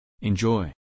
Enjoy